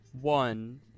one